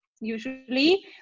usually